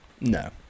No